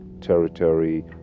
territory